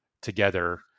together